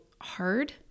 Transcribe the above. hard